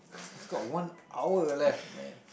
it's got one hour left man